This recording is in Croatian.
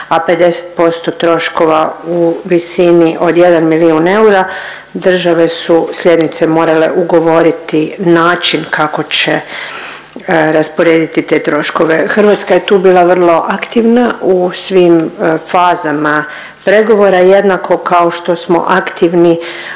a 50% troškova u visini od jedan milijun eura države su slijednice morale ugovoriti način kako će rasporediti te troškove. Hrvatska je tu bila vrlo aktivna u svim fazama pregovora jednako kao što smo aktivni